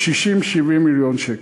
60 70 מיליון שקל.